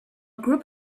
group